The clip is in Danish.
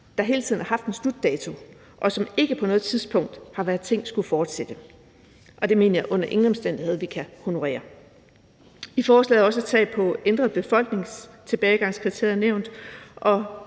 der hele tiden har haft en slutdato, og som ikke på noget tidspunkt har været tænkt som noget, der skulle fortsætte. Det mener jeg under ingen omstændigheder vi kan honorere. I forslaget nævnes også tab på ændret befolkningstilbagegangskriterium.